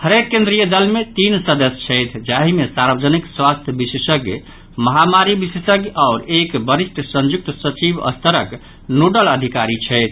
हरेक केन्द्रीय दल मे तीन सदस्य छथि जाहि मे सार्वजनिक स्वास्थ्य विशेषज्ञ महामारी विशेषज्ञ आओर एक वरिष्ठ संयुक्त सचिव स्तरक नोडल अधिकारी छथि